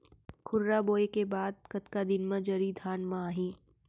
खुर्रा बोए के बाद कतका दिन म जरी धान म आही?